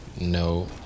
No